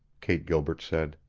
kate gilbert said.